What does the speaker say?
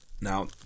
Now